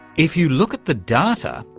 if you look at the data,